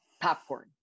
popcorn